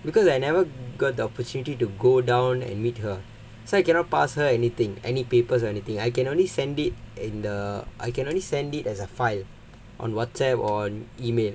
because I never got the opportunity to go down and meet her so I cannot pass her anything any papers or anything I can only send it in the I can only it as a file on Whatsapp on email